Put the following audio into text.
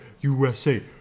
USA